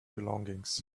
belongings